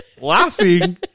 laughing